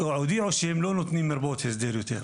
הודיעו שהם לא נותנים מרפאות הסדר יותר,